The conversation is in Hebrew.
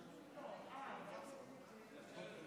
ואתה מכיר אותו: הצעת חוק פרטית שתובא